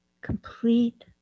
complete